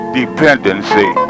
dependency